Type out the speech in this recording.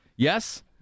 Yes